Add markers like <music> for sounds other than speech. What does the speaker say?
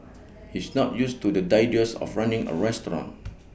<noise> he's not used to the idea of running A restaurant